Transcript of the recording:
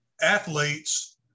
athletes